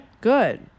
Good